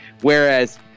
whereas